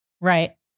Right